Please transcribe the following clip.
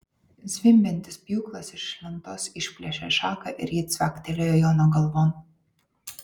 zvimbiantis pjūklas iš lentos išplėšė šaką ir ji cvaktelėjo jono galvon